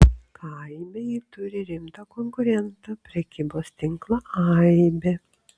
kaime ji turi rimtą konkurentą prekybos tinklą aibė